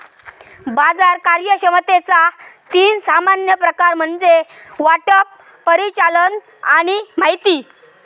बाजार कार्यक्षमतेचा तीन सामान्य प्रकार म्हणजे वाटप, परिचालन आणि माहिती